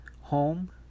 home